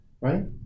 right